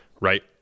Right